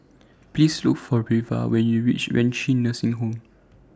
Please Look For Reva when YOU REACH Renci Nursing Home